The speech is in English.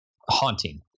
haunting